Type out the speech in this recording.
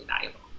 valuable